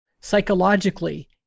psychologically